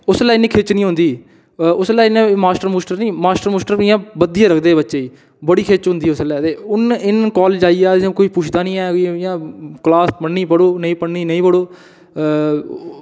उसलै इन्नी खिच्च नेईं होंदी ही उसलै इन्ने मास्टर मुस्टर निं मास्टर मुस्टर इ'यां बद्धियै रखदे हे बच्चें ई बड़ी खिच्च होंदी ही उसलै हून इन कालेज आइयै ते कोई पुछदा निं ऐ कि इयां कलास पढ़नी पढ़ो नेईं पढ़नी नेईं पढ़ो